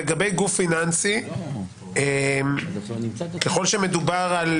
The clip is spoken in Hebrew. לגבי גוף פיננסי ככל שמדובר על